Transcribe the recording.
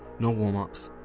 no warm-ups,